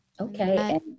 okay